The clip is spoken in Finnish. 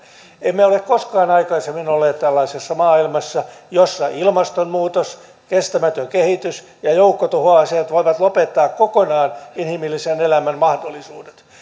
emme ole ole koskaan aikaisemmin olleet tällaisessa maailmassa jossa ilmastonmuutos kestämätön kehitys ja joukkotuhoaseet voivat lopettaa kokonaan inhimillisen elämän mahdollisuudet